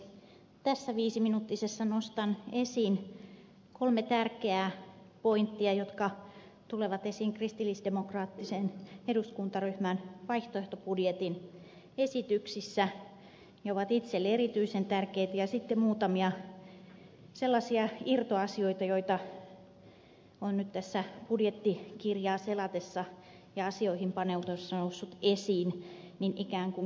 tässä viisiminuuttisessa nostan esiin kolme tärkeää pointtia jotka tulevat esiin kristillisdemokraattisen eduskuntaryhmän vaihtoehtobudjetin esityksissä ne ovat itselleni erityisen tärkeitä ja sitten muutamia sellaisia irtoasioita joita on nyt tässä budjettikirjaa selatessa ja asioihin paneutuessa noussut esiin ikään kuin kysymykseksi